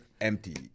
empty